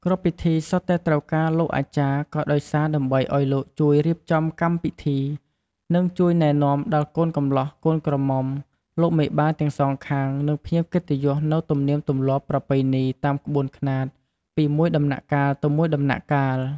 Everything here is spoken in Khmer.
គ្រប់ពិធីសុទ្ធតែត្រូវការលោកអាចារ្យក៏ដោយសារដើម្បីឱ្យលោកជួយរៀបចំកម្មពិធីនិងជួយណែនាំដល់ កូនកម្លោះកូនក្រមុំ លោកមេបាទាំងសងខាង និងភ្ញៀវកិត្តិយលនូវទម្លៀមទម្លាប់ប្រពៃណីតាមក្បួនខ្នាតពីមួយដំណាក់កាលទៅមួយដំណាក់កាល។